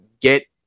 get